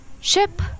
Ship